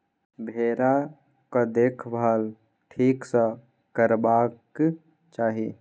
भेराक देखभाल ठीक सँ करबाक चाही